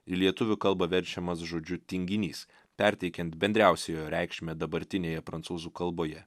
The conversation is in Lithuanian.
į lietuvių kalbą verčiamas žodžiu tinginys perteikiant bendriausią jo reikšmę dabartinėje prancūzų kalboje